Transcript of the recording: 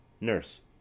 Nurse